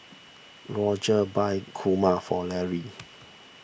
Rodger bought Kurma for Larry